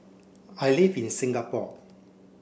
I live in Singapore